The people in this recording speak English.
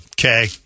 Okay